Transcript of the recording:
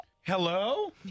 Hello